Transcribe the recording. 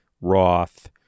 roth